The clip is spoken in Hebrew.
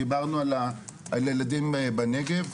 דיברנו על ילדים בנגב,